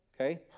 okay